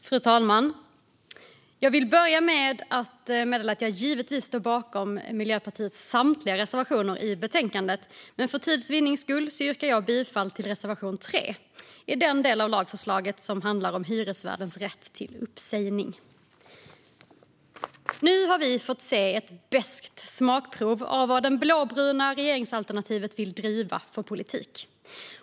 Fru talman! Jag vill börja med att meddela att jag givetvis står bakom Miljöpartiets samtliga reservationer i betänkandet, men för tids vinnande yrkar jag bifall endast till reservation 3 i den del av lagförslaget som handlar om hyresvärdens rätt till uppsägning. Nu har vi fått ett beskt smakprov på vad det blåbruna regeringsalternativet vill driva för politik.